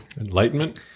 enlightenment